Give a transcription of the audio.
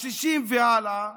השישים והלאה